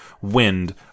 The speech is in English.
wind